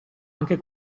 anche